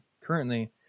currently